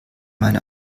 meine